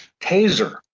Taser